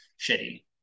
shitty